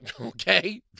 Okay